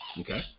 Okay